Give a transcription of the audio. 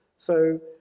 so